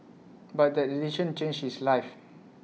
but that decision changed his life